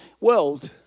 world